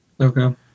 Okay